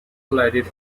collided